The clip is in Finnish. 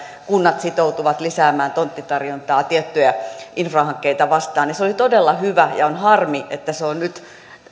kunnat sitoutuvat lisäämään tonttitarjontaa tiettyjä infrahankkeita vastaan oli todella hyvä ja on harmi että tämä ajattelu on nyt